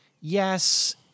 Yes